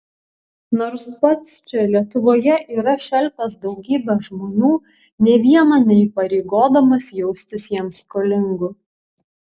nors pats čia lietuvoje yra šelpęs daugybę žmonių nė vieno neįpareigodamas jaustis jam skolingu